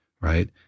right